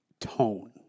tone